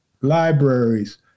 libraries